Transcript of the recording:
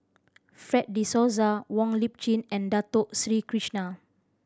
Fred De Souza Wong Lip Chin and Dato Sri Krishna